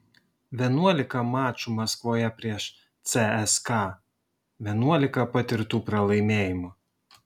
vienuolika mačų maskvoje prieš cska vienuolika patirtų pralaimėjimų